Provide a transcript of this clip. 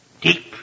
deep